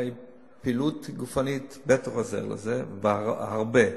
פעילות גופנית בטח עוזרת לזה, והרבה.